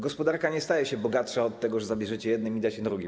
Gospodarka nie staje się bogatsza od tego, że zabierzecie jednym i dacie drugim.